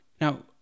Now